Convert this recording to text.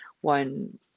one